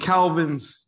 Calvin's